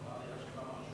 ההצעה להעביר את הנושא לוועדת